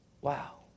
wow